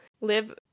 live